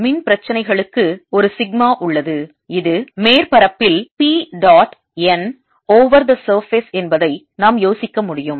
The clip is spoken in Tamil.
மின் பிரச்சினைகளுக்கு ஒரு சிக்மா உள்ளது இது மேற்பரப்பில் P dot n over the surface என்பதை நாம் யோசிக்க முடியும்